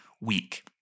Week